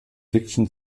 fiction